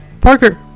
Parker